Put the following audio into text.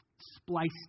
spliced